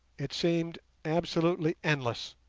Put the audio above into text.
it seemed absolutely endless,